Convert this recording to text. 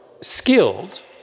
skilled